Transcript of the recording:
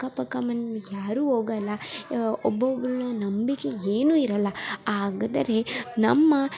ಅಕ್ಕಪಕ್ಕ ಮನೆಯಲ್ಲಿ ಯಾರು ಹೋಗೋಲ್ಲ ಒಬ್ಬೊಬ್ಬರನ್ನ ನಂಬಿಕೆ ಏನೂ ಇರೋಲ್ಲ ಹಾಗಾದರೆ ನಮ್ಮ